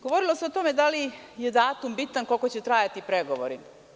Govorilo se o tome da li je datum bitan i koliko će trajati pregovori.